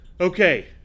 Okay